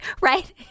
right